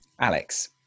Alex